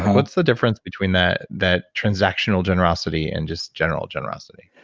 what's the difference between that that transactional generosity and just general generosity?